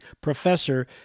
professor